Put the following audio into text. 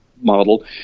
model